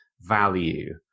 value